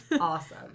Awesome